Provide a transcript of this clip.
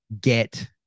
get